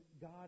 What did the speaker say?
God